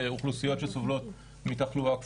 אוכלוסיות שסובלות מתחלואה כפולה,